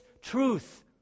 truth